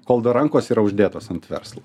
kol dar rankos yra uždėtos ant verslo